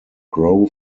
grow